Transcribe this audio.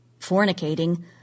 fornicating